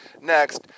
next